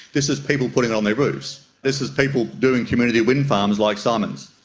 this is people putting it on their roofs, this is people doing community windfarms like simon's.